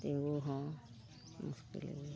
ᱛᱤᱜᱩ ᱦᱚᱸ ᱢᱩᱥᱠᱤᱞ ᱜᱮᱭᱟ